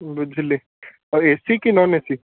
ବୁଝିଲି ଆଉ A C କି ନନ୍ ଏ ସି